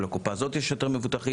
לקופה הזאת יש יותר מבוטחים,